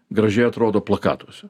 gražiai atrodo plakatuose